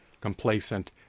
complacent